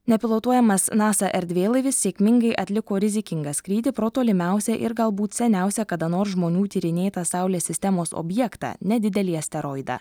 nepilotuojamas nasa erdvėlaivis sėkmingai atliko rizikingą skrydį pro tolimiausią ir galbūt seniausią kada nors žmonių tyrinėtą saulės sistemos objektą nedidelį asteroidą